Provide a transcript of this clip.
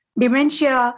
dementia